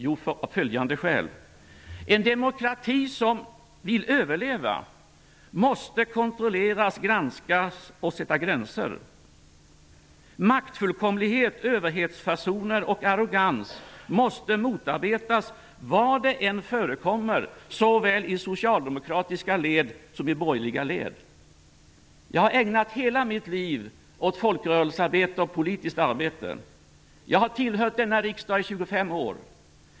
Jo, av följande skäl: En demokrati som vill överleva måste kontrolleras och granskas; man måste sätta gränser. Maktfullkomlighet, överhetsfasoner och arrogans måste motarbetas var det än förekommer, såväl i socialdemokratiska led som i borgerliga led. Jag har ägnat hela mitt liv åt folkrörelsearbete och politiskt arbete. Jag har tillhört denna riksdag i 25 år.